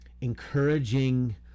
encouraging